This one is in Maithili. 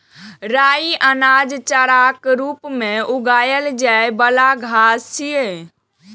राइ अनाज, चाराक रूप मे उगाएल जाइ बला घास छियै